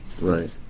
Right